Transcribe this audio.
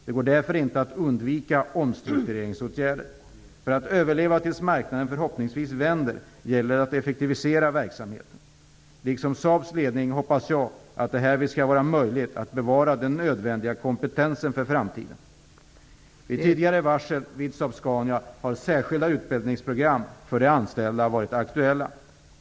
Det går därför inte att undvika omstruktureringsåtgärder. För att överleva tills marknaden förhoppningsvis vänder, gäller det att effektivisera verksamheten. Liksom Saabs ledning hoppas jag att det härvid skall vara möjligt att bevara den nödvändiga kompetensen för framtiden. Vid tidigare varsel vid Saab Scania har särskilda utbildningsprogram för de anställda varit aktuella.